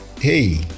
hey